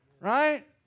Right